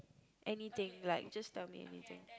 anything like just tell me anything